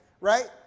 Right